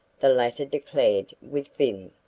the latter declared with vim.